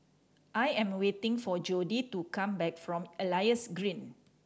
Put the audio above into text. I am waiting for Jodi to come back from Elias Green